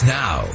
now